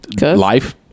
Life